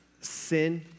sin